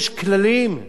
יש כללים.